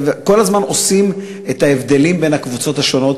כל הזמן עושים את ההבדלים בין הקבוצות השונות.